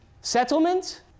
settlement